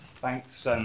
thanks